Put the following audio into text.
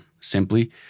simply